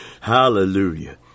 Hallelujah